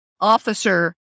officer